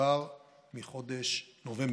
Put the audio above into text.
כבר מחודש נובמבר,